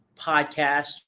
podcast